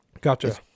Gotcha